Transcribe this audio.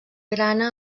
grana